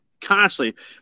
constantly